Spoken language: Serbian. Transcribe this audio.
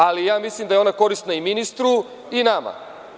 Ali, ja mislim da je ona korisna i ministru i nama.